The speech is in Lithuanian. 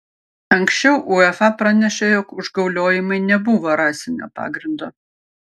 anksčiau uefa pranešė jog užgauliojimai nebuvo rasinio pagrindo